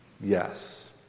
Yes